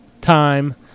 time